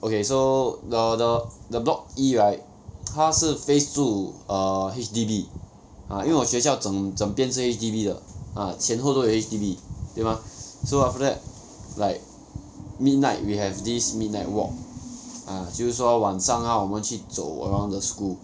okay so got the the block E right 他是 face 着 err H_D_B ah 因为我学校整整边是 H_D_B 的 ah 前后都有 H_D_B 对吗 so after that like midnight we have this midnight walk ah 就是说晚上 ah 我们去走 around the school